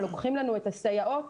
לוקחים לנו את הסייעות